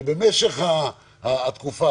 שבמשך התקופה,